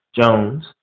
Jones